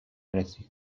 رسید